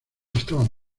estaban